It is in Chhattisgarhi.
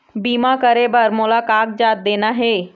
बीमा करे बर मोला का कागजात देना हे?